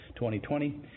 2020